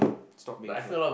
stop being so